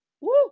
Woo